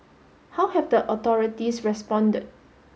how have the authorities responded